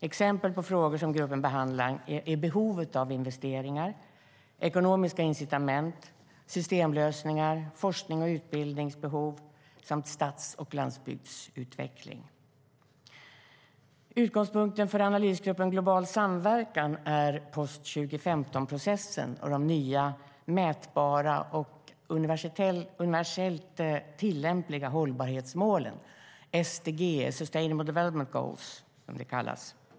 Exempel på frågor som gruppen behandlar är behov av investeringar, ekonomiska incitament, systemlösningar, forskning och utbildning samt stads och landsbygdsutveckling. Utgångspunkten för analysgruppen Global samverkan är post-2015-processen och de nya mätbara, universellt tillämpliga hållbarhetsmålen - sustainable development goals, SDG, som de kallas.